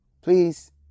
Please